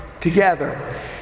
together